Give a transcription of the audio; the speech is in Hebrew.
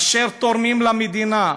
אשר תורמים למדינה,